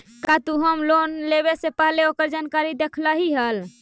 का तु home loan लेवे से पहिले ओकर जानकारी देखलही हल?